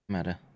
Matter